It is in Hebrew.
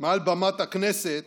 מעל במת הכנסת